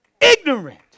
Ignorant